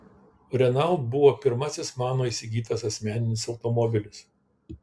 renault buvo pirmasis mano įsigytas asmeninis automobilis